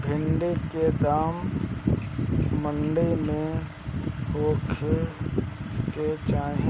भिन्डी के दाम मंडी मे का होखे के चाही?